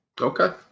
Okay